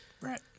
Right